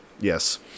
yes